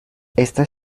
está